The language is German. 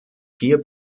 vier